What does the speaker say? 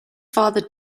father